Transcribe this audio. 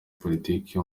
politiki